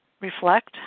reflect